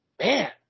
Man